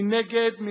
מי נגד?